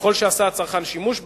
ככל שעשה הצרכן שימוש בנכס,